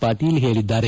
ಪಾಟೀಲ್ ಹೇಳಿದ್ದಾರೆ